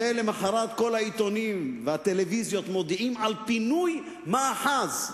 ולמחרת כל העיתונים וכל הטלוויזיות מודיעים על פינוי מאחז.